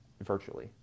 virtually